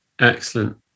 Excellent